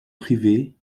privée